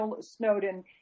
Snowden